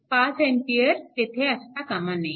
5A तेथे असता कामा नये